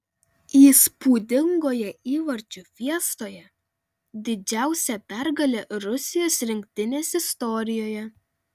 įspūdingoje įvarčių fiestoje didžiausia pergalė rusijos rinktinės istorijoje